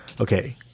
okay